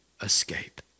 escape